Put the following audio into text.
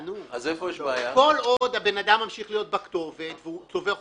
כל עוד האדם ממשיך להיות בכתובת והוא צובר חובות,